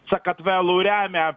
sakartvelų remia